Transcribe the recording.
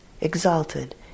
exalted